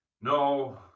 No